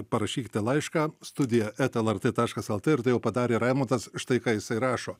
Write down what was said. parašykite laišką studija eta lrt taškas lt ir tai jau padarė raimondas štai ką jisai rašo